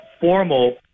formal